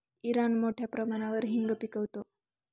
Iran मोठ्या प्रमाणावर हिंग पिकवतो